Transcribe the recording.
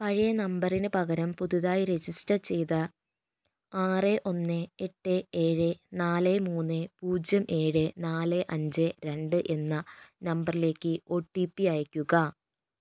പഴയ നമ്പറിന് പകരം പുതിയതായി രജിസ്റ്റർ ചെയ്ത ആറ് ഒന്ന് എട്ട് ഏഴ് നാല് മൂന്ന് പൂജ്യം ഏഴ് നാല് അഞ്ച് രണ്ട് എന്ന നമ്പറിലേക്ക് ഒ ടി പി അയയ്ക്കുക